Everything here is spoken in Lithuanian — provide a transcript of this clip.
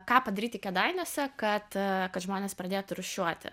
ką padaryti kėdainiuose kad kad žmonės pradėtų rūšiuoti